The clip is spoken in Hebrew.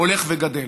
הולך וגדל.